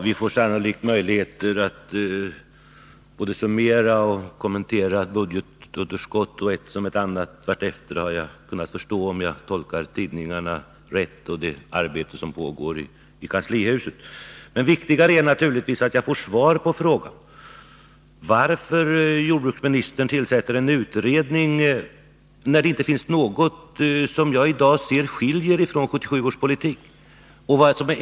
Herr talman! Om jag tolkar tidningarna och det arbete som pågår i kanslihuset rätt, kommer vi efter hand att få möjligheter att både summera och kommentera budgetunderskott och annat. Men viktigare är naturligtvis att jag får svar på frågan varför jordbruksministern tillsätter en utredning vars direktiv, såvitt jag förstår, inte på något sätt skiljer sig från 1977 års politik.